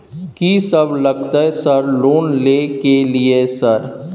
कि सब लगतै सर लोन ले के लिए सर?